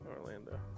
Orlando